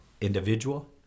individual